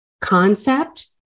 concept